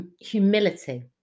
humility